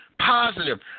Positive